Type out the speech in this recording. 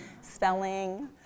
spelling